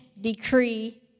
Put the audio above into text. decree